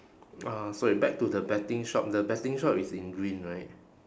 uh sorry back to the betting shop the betting shop is in green right